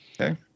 Okay